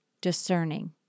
discerning